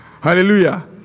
Hallelujah